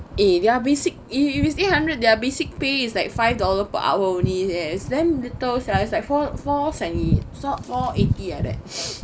eh their basic eh if it's eight hundred their basic pay is like five dollar per hour only eh is damn little sia is like four four seven four eighty like that